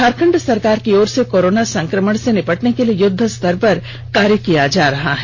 झारखंड सरकार की ओर से कोरोना संक्रमण से निपटने के लिए युद्धस्तर पर कार्य किया जा रहा है